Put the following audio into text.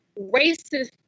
racist